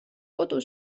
kodu